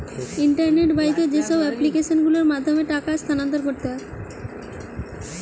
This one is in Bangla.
ইন্টারনেট বাহিত যেইসব এপ্লিকেশন গুলোর মাধ্যমে টাকা স্থানান্তর করতে হয়